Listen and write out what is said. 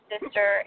sister